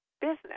business